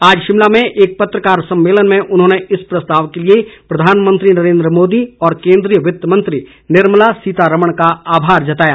आज शिमला में एक पत्रकार सम्मेलन में उन्होंने इस प्रस्ताव के लिए प्रधानमंत्री नरेंद्र मोदी और केंद्रीय वित्त मंत्री निर्मला सीतारमण का आभार जताया